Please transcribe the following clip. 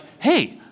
hey